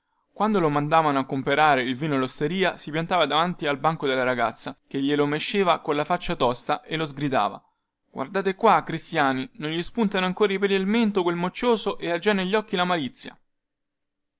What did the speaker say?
quando lo mandavano a comperare il vino allosteria si piantava dinanzi al banco della ragazza che glielo mesceva colla faccia tosta e lo sgridava guardate qua cristiani non gli spuntano ancora peli al mento quel moccioso e ha già negli occhi la malizia